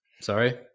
Sorry